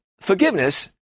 forgiveness